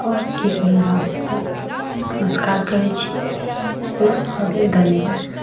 आओर की कही हमरा सब कऽ नमस्कार करैत छी बेसि भऽ गेल धन्यबाद